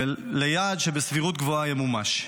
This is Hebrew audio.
ליעד שיש סבירות גבוהה שימומש.